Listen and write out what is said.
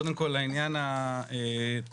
קודם כל העניין הטכני,